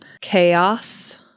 chaos